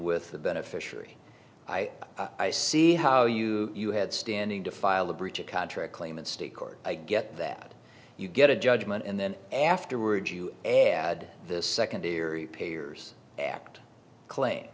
with the beneficiary i see how you you had standing to file a breach of contract claim and state court i get that you get a judgment and then afterwards you add the secondary payers act claim